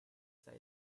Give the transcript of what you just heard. side